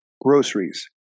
groceries